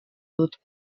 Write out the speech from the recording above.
dut